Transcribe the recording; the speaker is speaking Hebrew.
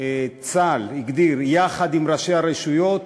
צה"ל הגדיר יחד עם ראשי הרשויות